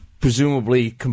presumably